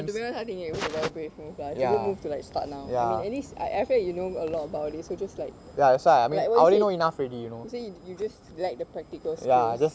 to be honest I think it was a very brave move lah it's a good move to like start now at least I feel like you know a lot about this so just like like what you said you say you you you just lack the practical skills